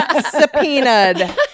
subpoenaed